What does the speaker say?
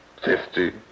Fifty